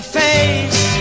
face